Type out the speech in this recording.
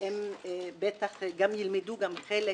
והם בטח גם ילמדו חלק